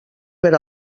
per